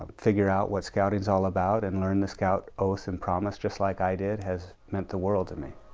um figure out what scouting is all about and learn the scout oath and promise just like i did has meant the world to me.